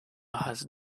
has